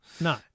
No